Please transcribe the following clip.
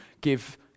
give